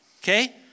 okay